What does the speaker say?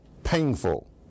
painful